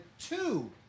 two